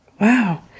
Wow